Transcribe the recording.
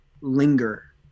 linger